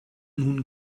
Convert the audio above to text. nun